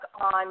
on